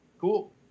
Cool